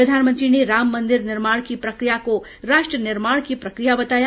प्रधानमंत्री ने राम मन्दिर निर्माण की प्रक्रिया को राष्ट्र निर्माण की प्रक्रिया बताया